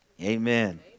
Amen